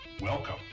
Welcome